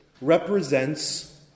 represents